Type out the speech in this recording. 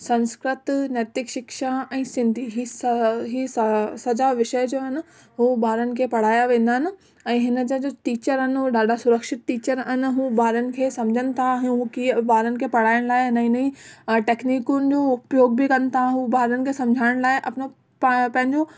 संस्कृत नैतिक शिक्षा ऐं सिंधी ही स ही स सॼा विषय जो आहिनि उहो ॿारनि खे पढ़ाया वेंदा आहिनि ऐं हिनजा जो टीचर आहिनि हू ॾाढा सुरक्षित टीचर आहिनि हू ॿारनि खे सम्झनि था हू कीअं ॿारनि खे पढ़ाइण लाइ नई नई टेक्नीकुनि जो उपयोग बि कनि था हू ॿारनि खे समुझाइण लाइ अपनो पाणि पंहिंजूं